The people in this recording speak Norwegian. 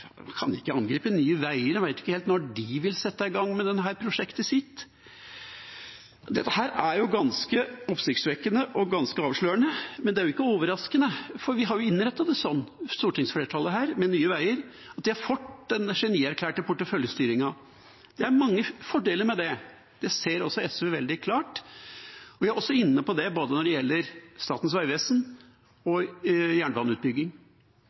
kan ikke angripe Nye Veier, og en vet ikke helt når de vil sette i gang med dette prosjektet sitt. Dette er ganske oppsiktsvekkende og ganske avslørende, men det er jo ikke overraskende, for stortingsflertallet har innrettet det sånn med Nye Veier at de har fått den genierklærte porteføljestyringen. Det er mange fordeler med det, det ser også SV veldig klart, og vi er også inne på det både når det gjelder Statens vegvesen og jernbaneutbygging.